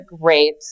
great